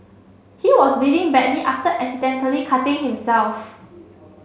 he was bleeding badly after accidentally cutting himself